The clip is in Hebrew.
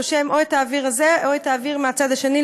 נושם או את האוויר הזה או את האוויר מהצד השני,